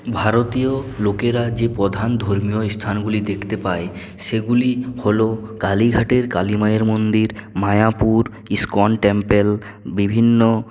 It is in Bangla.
ভারতীয় লোকেরা যে প্রধান ধর্মীয় স্থানগুলি দেখতে পায় সেগুলি হল কালীঘাটের কালী মায়ের মন্দির মায়াপুর ইস্কন টেম্পল বিভিন্ন